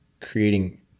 creating